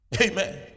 Amen